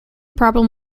problem